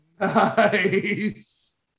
Nice